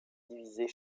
divisées